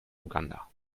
uganda